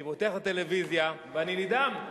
אני פותח את הטלוויזיה ואני נדהם.